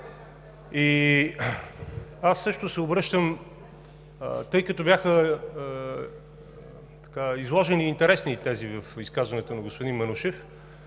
Аз също се обръщам… Тъй като бяха изложени интересни тези в изказването на господин Манушев,